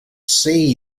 see